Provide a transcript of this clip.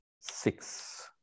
six